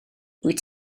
wyt